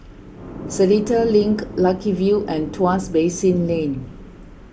Seletar Link Lucky View and Tuas Basin Lane